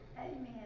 Amen